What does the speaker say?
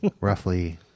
roughly